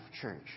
church